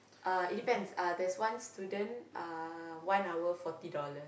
uh it depends uh there's one student uh one hour forty dollars